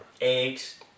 Eggs